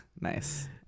nice